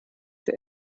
der